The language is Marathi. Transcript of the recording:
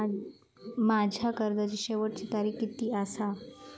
माझ्या कर्जाची शेवटची तारीख किती आसा?